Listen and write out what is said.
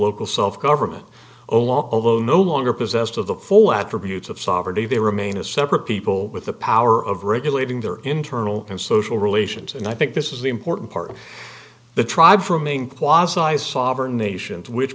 local self government along although no longer possessed of the full attributes of sovereignty they remain a separate people with the power of regulating their internal and social relations and i think this is the important part of the